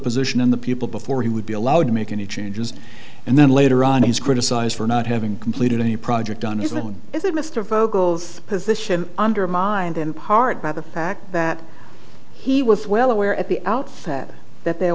position and the people before he would be allowed to make any changes and then later on he's criticised for not having completed any project done isn't it mr vogels position undermined in part by the fact that he was well aware at the outset that there